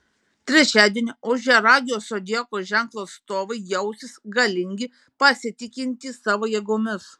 trečiadienį ožiaragio zodiako ženklo atstovai jausis galingi pasitikintys savo jėgomis